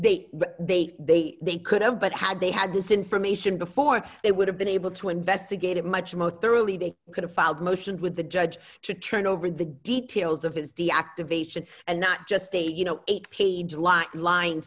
they they they they could have but had they had this information before they would have been able to investigate it much more thoroughly they could have filed motions with the judge to turn over the details of his deactivation and not just a you know eight page line lin